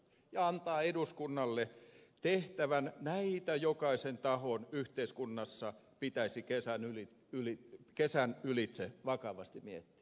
hän antaa eduskunnalle tehtävän että näitä jokaisen tahon yhteiskunnassa pitäisi kesän ylitse vakavasti miettiä